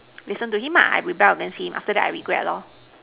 listen to him ah I rebel against him after that I regret loh